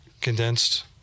condensed